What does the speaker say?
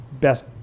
best